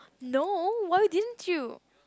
no why you been to